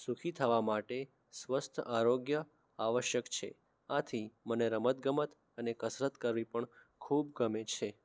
સુખી થવા માટે સ્વસ્થ આરોગ્ય આવશ્યક છે આથી મને રમતગમત અને કસરત કરવી પણ ખૂબ ગમે છે